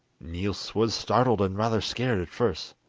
niels was startled and rather scared at first,